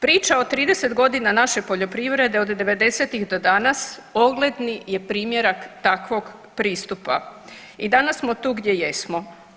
Priča o 30.g. naše poljoprivrede od '90.-tih do danas ogledni je primjerak takvog pristupa i danas smo tu gdje jesmo.